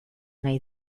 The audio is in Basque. nahi